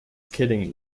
kidding